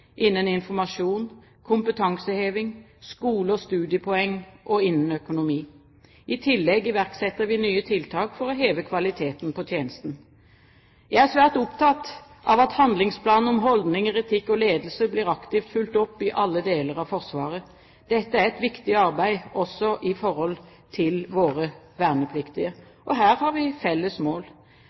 innen informasjon, kompetanseheving, når det gjelder skole og studiepoeng, og innen økonomi. I tillegg iverksetter vi nye tiltak for å heve kvaliteten på tjenesten. Jeg er svært opptatt av at Handlingsplanen for holdninger, etikk og ledelse blir aktivt fulgt opp i alle deler av Forsvaret. Dette er et viktig arbeid også med hensyn til våre vernepliktige. Og her har vi felles mål.